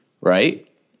right